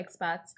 expats